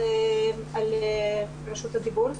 על רשות הדיבור,